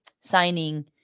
signing